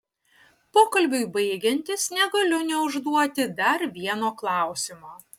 pokalbiui baigiantis negaliu neužduoti dar vieno klausimo